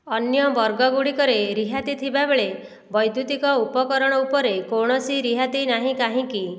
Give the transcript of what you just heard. ଅନ୍ୟ ବର୍ଗଗୁଡ଼ିକରେ ରିହାତି ଥିବାବେଳେ ବୈଦ୍ୟୁତିକ ଉପକରଣ ଉପରେ କୌଣସି ରିହାତି ନାହିଁ କାହିଁକି